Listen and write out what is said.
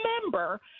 remember